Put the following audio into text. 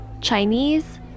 Chinese